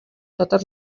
totes